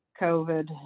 COVID